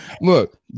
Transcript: Look